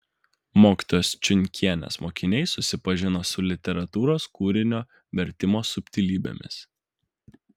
mokytojos čiunkienės mokiniai susipažino su literatūros kūrinio vertimo subtilybėmis